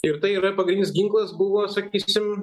ir tai yra pagrindinis ginklas buvo sakysim